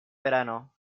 verano